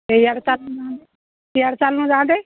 ଏଇଆଡ଼େ ଚାଲୁନୁ ଏଇଆଡ଼େ ଚାଲୁନୁ ଯାଆନ୍ତେ